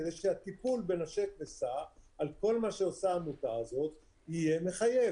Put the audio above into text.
כדי שהטיפול בנשק וסע על כל מה שעושה העמותה הזאת יהיה מחייב.